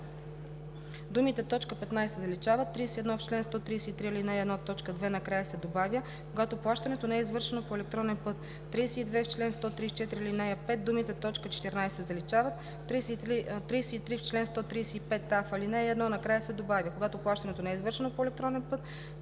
думите „т. 15“ се заличават. 31.В чл. 133, ал. 1, т. 2 накрая се добавя „когато плащането не е извършено по електронен път“.